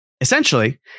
Essentially